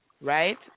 right